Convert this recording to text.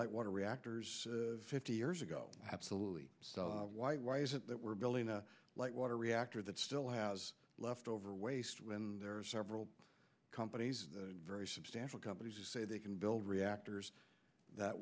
light water reactors fifty years ago absolutely so why why is it that we're building a light water reactor that still has leftover waste when there are several companies the very substantial companies who say they can build reactors that